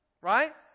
Right